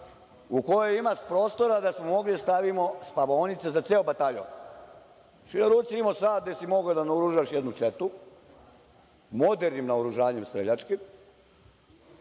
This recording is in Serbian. u kojoj imaš prostora da smo mogli da stavimo spavaonice za ceo bataljon. Na čijoj ruci je bio sat od kojeg si mogao da naoružaš jednu četu, modernim naoružanjem streljačkim,